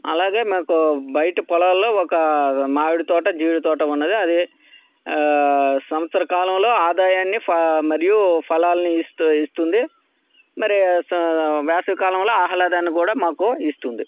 అలాగే మాకు బయట పొలాల్లో ఒక మామిడి తోట జీడి తోట ఉన్నాది అది సంవత్సర కాలంలో ఆదాయాన్ని మరియు ఫలాల్ని ఇస్తూ ఇస్తుంది మరి వేసవికాలంలో ఆహ్లాదాన్ని కూడా మాకు ఇస్తుంది